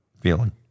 feeling